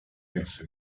meses